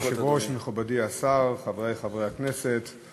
אדוני היושב-ראש, מכובדי השר, חברי חברי הכנסת,